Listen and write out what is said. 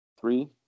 Three